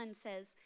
says